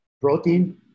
protein